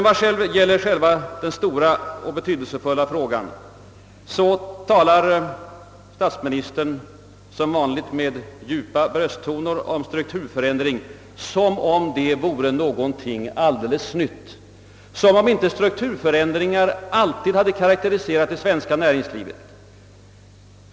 Vad själva den stora och betydelsefulla frågan beträffar talar statsministern som vanligt i djupa brösttoner om strukturförändringar som om de vore någonting alldeles nytt, som om inte strukturförändringar alltid hade karakteriserat det svenska näringslivet.